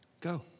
Go